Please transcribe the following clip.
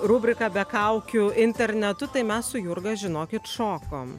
rubriką be kaukių internetu tai mes su jurga žinokit šokom